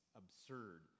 absurd